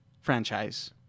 franchise